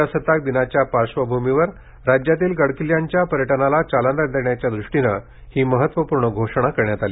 प्रजासताक दिनाच्या पार्श्वभूमीवर राज्यातील गडकिल्ल्यांच्या पर्यटनाला चालना देण्याच्या दृष्टीने ही महत्वपूर्ण घोषणा करण्यात आली